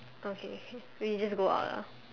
okay we just go out lah